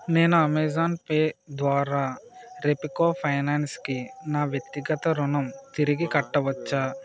నేను Amazon Pay ద్వారా రెప్కో ఫైనాన్స్కి నా వ్యక్తిగత రుణం తిరిగి కట్టవచ్చా